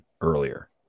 earlier